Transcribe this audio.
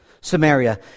Samaria